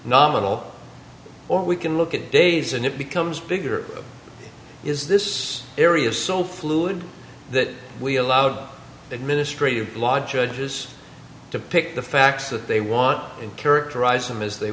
nominal or we can look at days and it becomes bigger is this area so fluid that we allowed the ministry of law judges to pick the facts that they want and characterize them as they